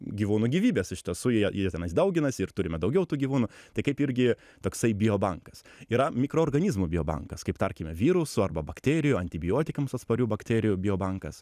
gyvūnų gyvybės iš tiesų jie jie tenais dauginasi ir turime daugiau tų gyvūnų tai kaip irgi toksai bio bankas yra mikroorganizmų biobankas kaip tarkime virusų arba bakterijų antibiotikams atsparių bakterijų bio bankas